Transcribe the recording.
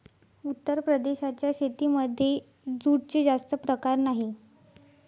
उत्तर प्रदेशाच्या शेतीमध्ये जूटचे जास्त प्रकार नाही